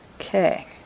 Okay